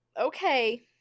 Okay